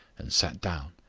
and sat down.